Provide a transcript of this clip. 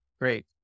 Great